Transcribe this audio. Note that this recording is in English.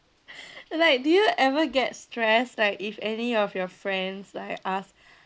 like do you ever get stressed like if any of your friends like ask